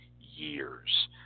years